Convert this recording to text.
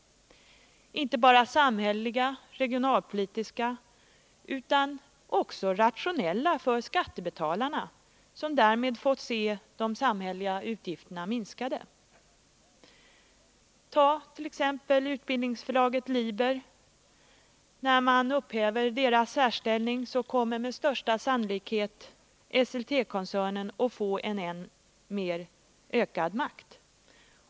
Inte bara samhälleliga, regionalpolitiska, utan också rationella för skattebetalarna som därmed fått se de samhälleliga utgifterna minskade. Ta t.ex. Utbildningsförlaget Liber. När man upphäver dess särställning kommer med största sannolikhet Esseltekoncernen att få en än mer ökad makt.